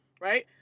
right